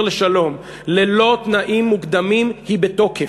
לשלום ללא תנאים מוקדמים היא בתוקף.